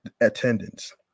attendance